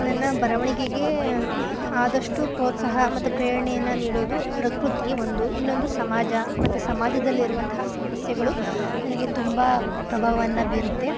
ನನ್ನ ಬರವಣಿಗೆ ಆದಷ್ಟು ಪೋತ್ಸಾಹ ಮತ್ತು ಪ್ರೇರಣೆಯನ್ನು ನೀಡೋದು ಪ್ರಕೃತಿ ಒಂದು ಇನ್ನೊಂದು ಸಮಾಜ ಮತ್ತು ಸಮಾಜದಲ್ಲಿರುವಂತಹ ಸಮಸ್ಯೆಗಳು ನನಗೆ ತುಂಬ ಪ್ರಭಾವವನ್ನ ಬೀರುತ್ತೆ